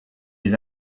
des